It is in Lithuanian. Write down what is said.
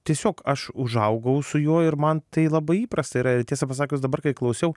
tiesiog aš užaugau su juo ir man tai labai įprasta yra ir tiesą pasakius dabar kai klausiau